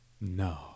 No